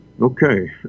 okay